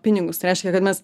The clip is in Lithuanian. pinigus tai reiškia kad mes